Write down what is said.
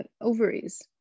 Ovaries